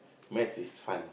maths is fun